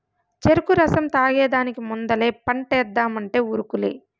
చెరుకు రసం తాగేదానికి ముందలే పంటేద్దామంటే ఉరుకులే